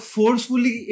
Forcefully